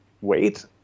wait